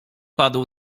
padł